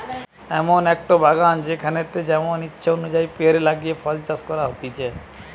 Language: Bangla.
এমন একটো বাগান যেখানেতে যেমন ইচ্ছে অনুযায়ী পেড় লাগিয়ে ফল চাষ করা হতিছে